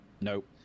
nope